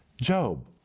Job